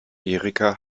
erika